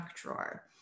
drawer